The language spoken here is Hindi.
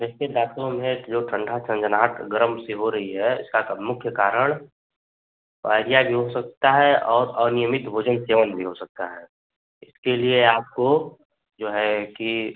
देख्ये दातो मे जो ठंडा झनझनाहट गरम से हो रही है इसका क मुख्य कारण हो सकता है और नियमित भोजन केवल भी हो सकता है इसके लिए आपको जो है कि